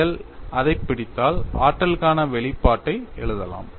நீங்கள் அதைப் பிடித்தால் ஆற்றலுக்கான வெளிப்பாட்டை எழுதலாம்